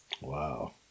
Wow